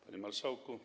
Panie Marszałku!